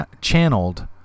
channeled